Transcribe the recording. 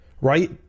Right